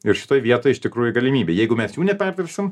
ir šitoj vietoj iš tikrųjų galimybė jeigu mes jų neperdirbsim